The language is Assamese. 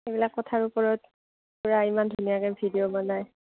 সেইবিলাক কথাৰ ওপৰত পুৰা ইমান ধুনীয়াকৈ ভিডিঅ' বনায়